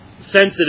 sensitive